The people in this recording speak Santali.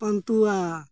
ᱯᱟᱱᱛᱩᱣᱟ